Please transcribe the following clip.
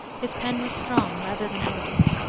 his pen was strong rather than elegant.